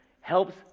helps